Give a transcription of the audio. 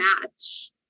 match